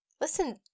Listen